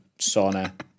sauna